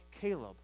Caleb